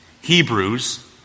Hebrews